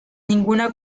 ninguna